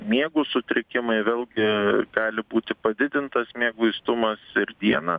miegų sutrikimai vėlgi gali būti padidintas mieguistumas ir dieną